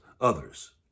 others